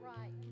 Right